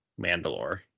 Mandalore